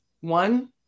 one